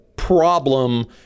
Problem